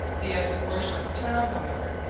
the other portion of the town, however,